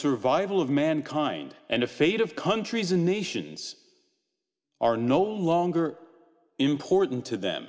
survival of mankind and the fate of countries and nations are no longer important to them